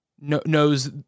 knows